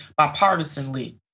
bipartisanly